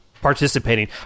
participating